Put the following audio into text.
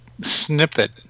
snippet